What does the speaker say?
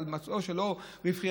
במצב שלא רווחי.